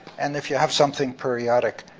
and if you have something periodic,